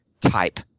type